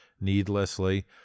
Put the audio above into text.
needlessly